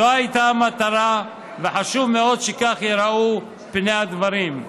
זו הייתה המטרה, וחשוב מאוד שכך ייראו פני הדברים.